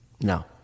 No